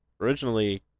originally